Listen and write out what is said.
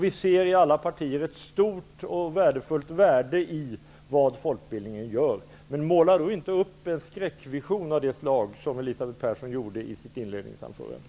Vi ser i alla partier ett stort och värdefullt värde i vad folkbildningen gör. Men Elisabeth Persson skall då inte måla upp en sådan skräckvision av det slag som hon gjorde i sitt inledningsanförande.